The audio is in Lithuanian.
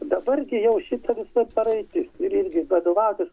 dabar jau šita visa praeitis ir irgi vadovautis